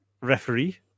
referee